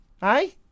Hey